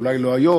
אולי לא היום,